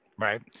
Right